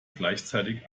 gleichzeitig